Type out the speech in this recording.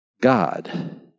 God